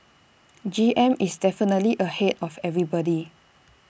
G M is definitely ahead of everybody